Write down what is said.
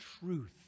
truth